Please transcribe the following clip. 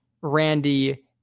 Randy